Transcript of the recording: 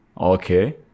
Okay